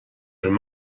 raibh